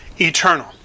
eternal